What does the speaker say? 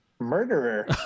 Murderer